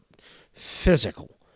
physical